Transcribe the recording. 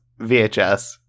VHS